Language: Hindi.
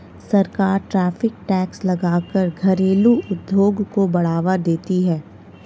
सरकार टैरिफ टैक्स लगा कर घरेलु उद्योग को बढ़ावा देती है